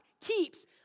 keeps